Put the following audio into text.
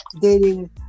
dating